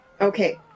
Okay